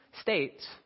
states